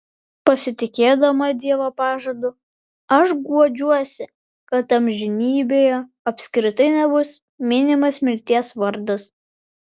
pasitikėdama dievo pažadu aš guodžiuosi kad amžinybėje apskritai nebus minimas mirties vardas